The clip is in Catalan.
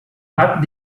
bat